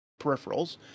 peripherals